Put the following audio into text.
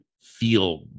feel